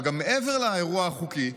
אבל גם מעבר לאירוע החוקי,